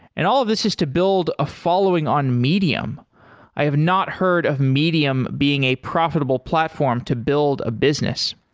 and all of this has to build a following on medium i have not heard of medium being a profitable platform to build a business.